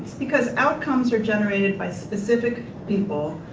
because outcomes are generated by specific people,